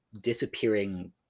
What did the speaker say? disappearing